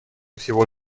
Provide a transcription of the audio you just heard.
всего